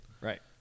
Right